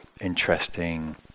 interesting